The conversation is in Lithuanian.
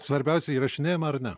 svarbiausia įrašinėjama ar ne